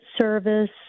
service